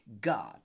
God